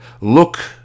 Look